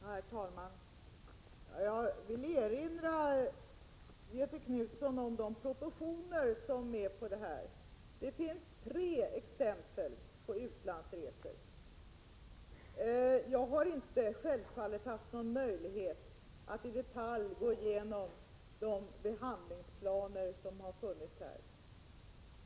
Herr talman! Jag vill erinra Göthe Knutson om proportionerna i den här frågan. Det finns tre exempel på utlandsresor. Självfallet har jag inte haft någon möjlighet att i detalj gå igenom de behandlingsplaner som har funnits i dessa fall.